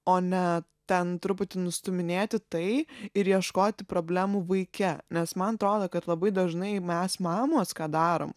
o ne ten truputį nustūminėti tai ir ieškoti problemų vaike nes man atrodo kad labai dažnai mes mamos ką darom